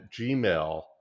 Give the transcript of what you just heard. Gmail